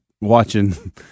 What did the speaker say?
watching